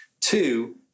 Two